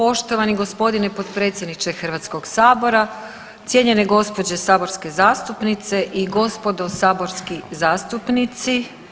Poštovani gospodine potpredsjedniče Hrvatskog sabora, cijenjene gospođe saborske zastupnice i gospodo saborski zastupnici.